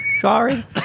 Sorry